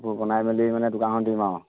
সেইবোৰ বনাই মেলি মানে দোকানখন দিম আও